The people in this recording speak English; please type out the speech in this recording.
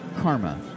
karma